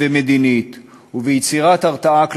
אז היכן בדיוק ההרתעה?